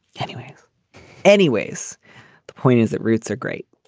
anyways anyways the point is that roots are great